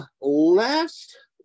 last